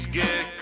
get